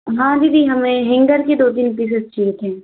हाँ दीदी हमें हेंगर की दो तीन पीसेस चाहिए थे